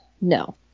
no